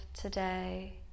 today